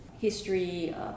history